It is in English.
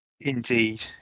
Indeed